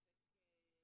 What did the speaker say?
אין ספק,